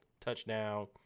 touchdown